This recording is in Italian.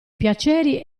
piaceri